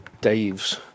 Dave's